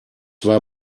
war